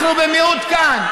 אנחנו במיעוט כאן.